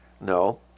No